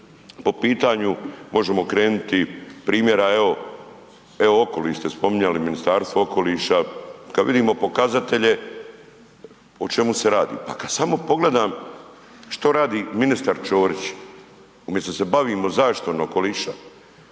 po pitanju, možemo krenuti primjera evo, evo okoliš ste spominjali, Ministarstvo okoliša. Kad vidimo pokazatelje, o čemu se radi? Pa kad samo pogledam što radi ministar Čorić, umjesto da se bavimo zaštitom okoliša